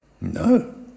No